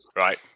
right